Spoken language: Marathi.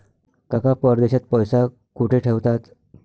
काका परदेशात पैसा कुठे ठेवतात?